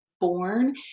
born